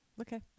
Okay